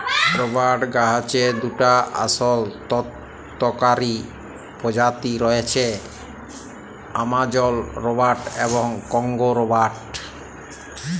রবাট গাহাচের দুটা আসল অথ্থকারি পজাতি রঁয়েছে, আমাজল রবাট এবং কংগো রবাট